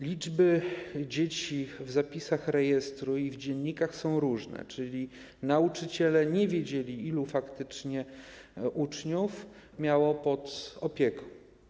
Liczby dzieci w zapisach rejestru i w dziennikach są różne, czyli nauczyciele nie wiedzieli, ilu faktycznie uczniów mieli pod opieką.